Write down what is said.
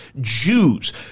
Jews